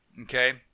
okay